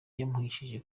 yamuhesheje